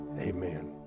Amen